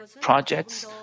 projects